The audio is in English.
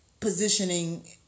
positioning